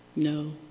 No